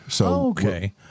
Okay